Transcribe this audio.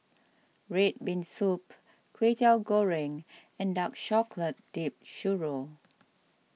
Red Bean Soup Kwetiau Goreng and Dark Chocolate Dipped Churro